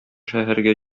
шәһәргә